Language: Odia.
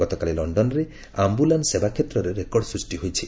ଗତକାଲି ଲଣ୍ଡନରେ ଆମ୍ଭୁଲାନ୍ନ ସେବା କ୍ଷେତ୍ରରେ ରେକର୍ଡ ସୃଷ୍ଟି ହୋଇଛି